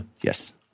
Yes